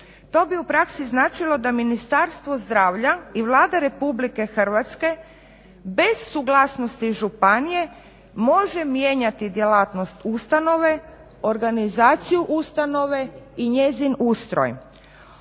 To bi u praksi značilo da Ministarstvo zdravlja i Vlada Republike Hrvatske bez suglasnosti županije može mijenjati djelatnost ustanove, organizaciju ustanove i njezin ustroj.